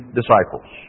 disciples